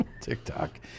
TikTok